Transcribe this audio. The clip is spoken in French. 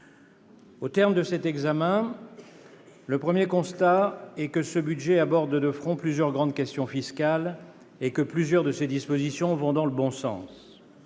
Au terme de cet examen, le premier constat est que ce budget aborde de front plusieurs grandes questions fiscales et que plusieurs de ses dispositions vont dans le bon sens.